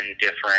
different